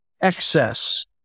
excess